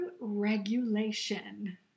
regulation